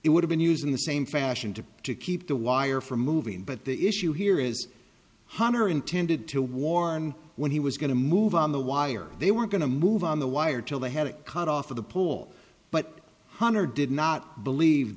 it would have been used in the same fashion to to keep the wire from moving but the issue here is honner intended to warn when he was going to move on the wire they were going to move on the wire till they had it cut off of the pole but honner did not believe